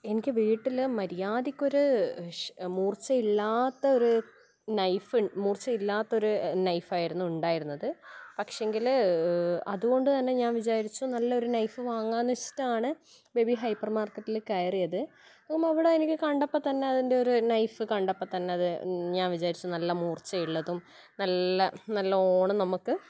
എനിക്ക് വീട്ടിലൊരു മര്യാദക്കൊരു മൂർച്ചയില്ലാത്തൊരു നൈഫ് മൂർച്ചയില്ലാത്തൊരു നൈഫായിരുന്നു ഉണ്ടായിരുന്നത് പക്ഷേങ്കില് അതുകൊണ്ട് തന്നെ ഞാൻ വിചാരിച്ചു നല്ലൊരു നൈഫ് വാങ്ങാമെന്ന് വച്ചിട്ടാണ് ബേബി ഹൈപ്പർ മാർക്കറ്റിൽ കയറിയത് എനിക്ക് അവിടെ കണ്ടപ്പോൾ തന്നെ എൻ്റെ ഒരു നൈഫ് കണ്ടപ്പം തന്നെ അത് ഞാൻ വിചാരിച്ചു നല്ല മൂർച്ചയുള്ളതും നല്ല നല്ലോണം നമുക്ക്